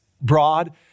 broad